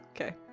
Okay